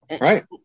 right